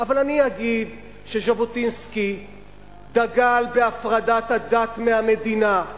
אבל אני אגיד שז'בוטינסקי דגל בהפרדת הדת מהמדינה,